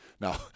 now